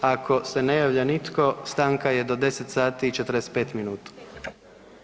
Ako se ne javlja nitko, stanka je do 10 sati i 45 minuta.